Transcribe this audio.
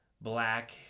black